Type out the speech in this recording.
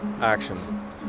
action